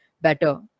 better